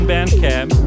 Bandcamp